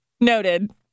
Noted